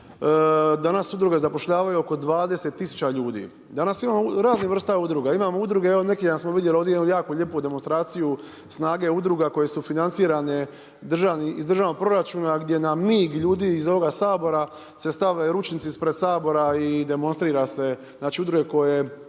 Danas udruge zapošljavaju oko 20000 ljudi. Danas imamo raznih vrsta udruga. Imamo udruge, evo neki dan smo vidjeli ovdje jednu jako lijepu demonstraciju snage udruga koje su financirane iz državnog proračuna gdje nam …/Govornik se ne razumije./… iz ovoga Sabora se stave ručnici ispred Sabora i demonstrira se. Znači, udruge koje